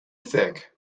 think